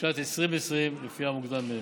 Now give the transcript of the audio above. לשנת 2020, לפי המוקדם ביניהם.